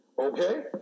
okay